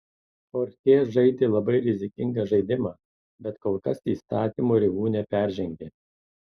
chorchė žaidė labai rizikingą žaidimą bet kol kas įstatymo ribų neperžengė